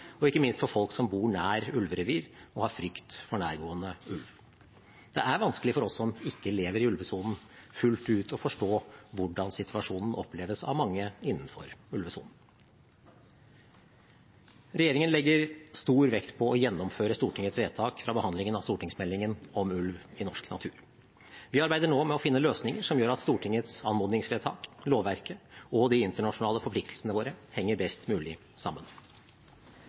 og reduserte jaktinntekter, og ikke minst for folk som bor nær ulverevir og har frykt for nærgående ulv. Det er vanskelig for oss som ikke lever i ulvesonen, fullt ut å forstå hvordan situasjonen oppleves av mange innenfor ulvesonen. Regjeringen legger stor vekt på å gjennomføre Stortingets vedtak fra behandlingen av stortingsmeldingen om ulv i norsk natur. Vi arbeider nå med å finne løsninger som gjør at Stortingets anmodningsvedtak, lovverket og de internasjonale forpliktelsene våre henger best mulig sammen.